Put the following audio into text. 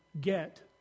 get